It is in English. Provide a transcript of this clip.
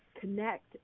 connect